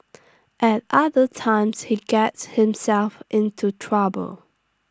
at other times he gets himself into trouble